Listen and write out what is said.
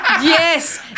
Yes